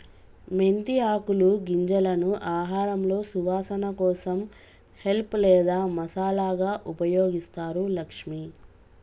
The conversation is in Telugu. మెంతి ఆకులు గింజలను ఆహారంలో సువాసన కోసం హెల్ప్ లేదా మసాలాగా ఉపయోగిస్తారు లక్ష్మి